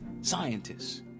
scientists